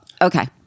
Okay